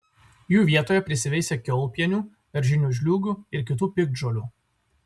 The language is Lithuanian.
jų vietoje prisiveisia kiaulpienių daržinių žliūgių ir kitų piktžolių